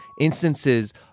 instances